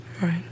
Right